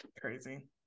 crazy